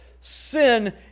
sin